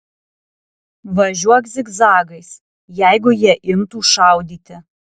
važiuok zigzagais jeigu jie imtų šaudyti